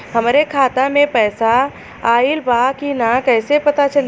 हमरे खाता में पैसा ऑइल बा कि ना कैसे पता चली?